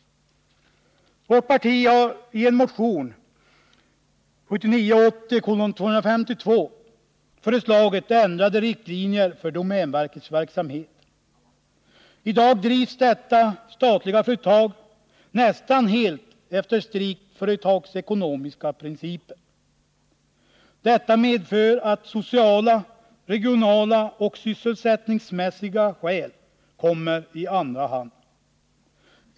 Vårt parti har i motion 1979/80:252 föreslagit ändrade riktlinjer för domänverkets verksamhet. I dag drivs detta statliga företag nästan helt efter strikt företagsekonomiska principer. Detta medför att sociala, regionala och sysselsättningsmässiga hänsyn kommer i andra hand.